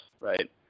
right